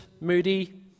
moody